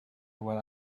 while